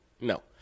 No